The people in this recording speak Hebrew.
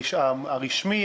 הרשמי,